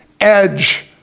edge